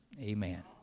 amen